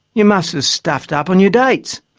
you must've stuffed up on your dates!